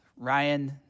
Ryan